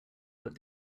but